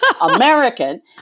American